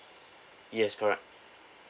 yes correct